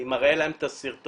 אני מראה להם את הסרטון.